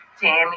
Tammy